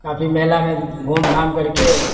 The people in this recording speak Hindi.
काफ़ी मेला में घूम घाम करके